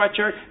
sweatshirt